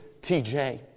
TJ